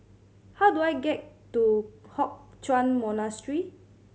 how do I get to Hock Chuan Monastery